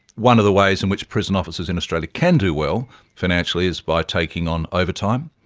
one of the ways in which prison officers in australia can do well financially is by taking on overtime.